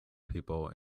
people